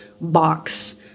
box